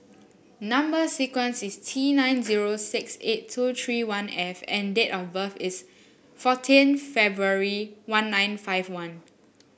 number sequence is T nine zero six eight two three one F and date of birth is fourteen February one nine five one